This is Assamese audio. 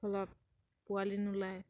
ফলত পোৱালি নোলায়